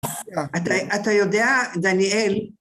אתה יודע, דניאל...